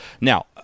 Now